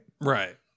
Right